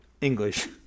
English